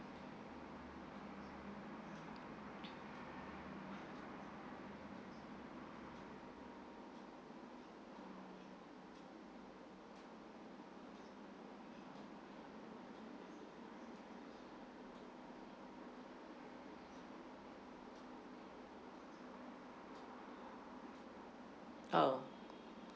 oh